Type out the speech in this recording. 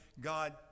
God